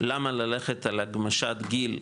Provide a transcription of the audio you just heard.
למה ללכת על הגמשת גיל,